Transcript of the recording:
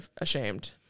ashamed